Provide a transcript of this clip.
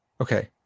Okay